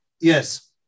yes